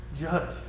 judge